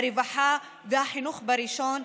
הרווחה והחינוך בראשן,